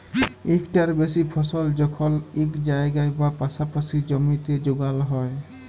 ইকটার বেশি ফসল যখল ইক জায়গায় বা পাসাপাসি জমিতে যগাল হ্যয়